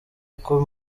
uko